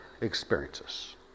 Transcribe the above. experiences